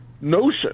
notion